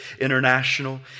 International